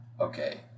Okay